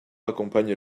accompagnent